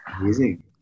amazing